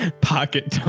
pocket